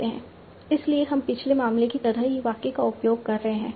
इसलिए हम पिछले मामले की तरह ही वाक्य का उपयोग कर रहे हैं